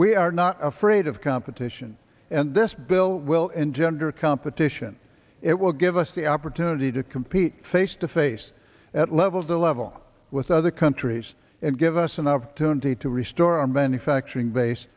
we are not afraid of competition and this bill will engender competition it will give us the opportunity to compete face to face at level to level with other countries and give us an opportunity to restore our manufacturing base